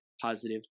positive